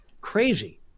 crazy